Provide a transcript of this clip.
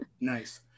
Nice